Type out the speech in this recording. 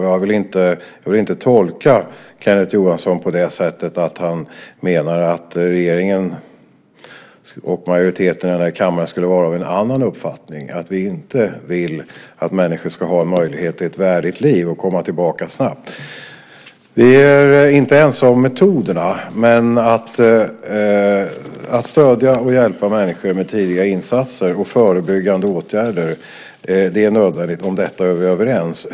Jag vill inte tolka Kenneth Johansson som att han menar att regeringen och majoriteten i kammaren skulle vara av en annan uppfattning och att vi inte vill att människor ska ha möjlighet till ett värdigt liv och komma tillbaka snabbt. Vi är inte ense om metoderna, men att stödja och hjälpa människor med tidiga insatser och förebyggande åtgärder är nödvändigt. Det är vi överens om.